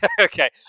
Okay